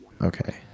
Okay